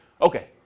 Okay